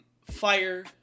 fire